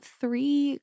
three